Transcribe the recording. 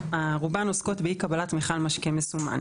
רובן עוסקות באי קבלת מכל משקה מסומן.